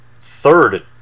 third